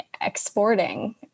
exporting